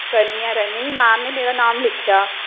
करनी आं running ma'am ने मेरा नांऽ लिखेआ